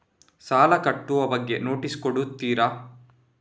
ಸಾಲ ಕಟ್ಟುವ ಬಗ್ಗೆ ನೋಟಿಸ್ ಕೊಡುತ್ತೀರ?